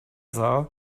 sah